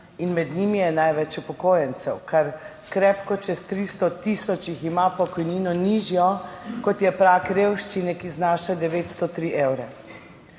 In med njimi je največ upokojencev. Kar krepko čez 300 tisoč jih ima pokojnino nižjo, kot je prag revščine, ki znaša 903 evre.